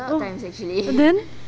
oh and then